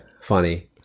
funny